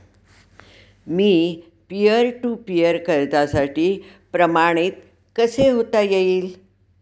Me peer to peer कर्जासाठी प्रमाणित कसे होता येईल?